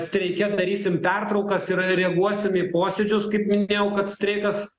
streike darysim pertraukas ir reaguosim į posėdžius kaip minėjau kad streikas